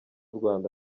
rwanda